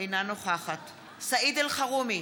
אינה נוכחת סעיד אלחרומי,